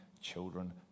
children